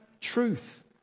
truth